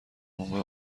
موقع